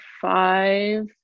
five